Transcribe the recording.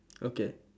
okay